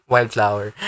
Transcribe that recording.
Wildflower